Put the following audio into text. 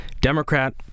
Democrat